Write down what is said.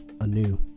anew